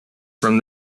from